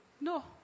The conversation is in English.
No